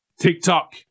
TikTok